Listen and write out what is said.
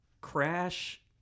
crash